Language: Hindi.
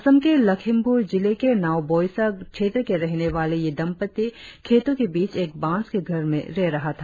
असम के लखिमपुर जिले के नावबोयसा क्षेत्र के रहने वाले ये दंपत्ति खेतों के बीच एक बांस के घर में रह रहा था